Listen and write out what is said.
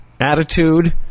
Attitude